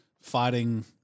fighting